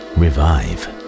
revive